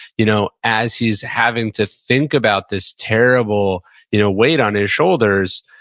you know as he's having to think about this terrible you know weight on his shoulders,